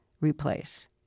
replace